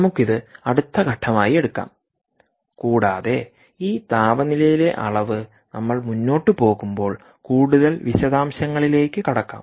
നമുക്ക് ഇത് അടുത്ത ഘട്ടമായി എടുക്കാം കൂടാതെ ഈ താപനിലയിലെ അളവ് നമ്മൾ മുന്നോട്ട് പോകുമ്പോൾ കൂടുതൽ വിശദാംശങ്ങളിലേക്ക് കടക്കാം